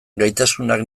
gaitasunak